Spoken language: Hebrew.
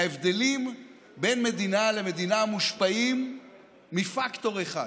ההבדלים בין מדינה למדינה מושפעים מפקטור אחד,